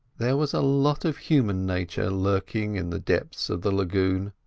there was a lot of human nature lurking in the depths of the lagoon,